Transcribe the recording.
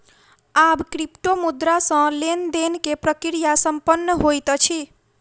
आब क्रिप्टोमुद्रा सॅ लेन देन के प्रक्रिया संपन्न होइत अछि